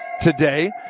today